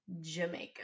Jamaica